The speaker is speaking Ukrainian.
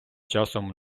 часом